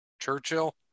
Churchill